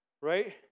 right